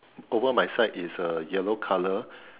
over my side is uh yellow colour